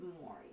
more